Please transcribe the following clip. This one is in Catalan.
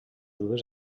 dues